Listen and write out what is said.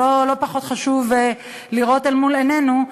שלא פחות חשוב לראות אל מול עינינו,